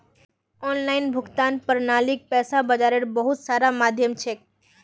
online भुगतान प्रणालीक पैसा बाजारेर बहुत सारा माध्यम छेक